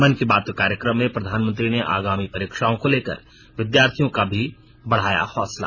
मन की बात कार्यक्रम में प्रधानमंत्री ने आगामी परीक्षाओं को लेकर विद्यार्थियों का भी बढ़ाया हौसला